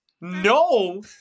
No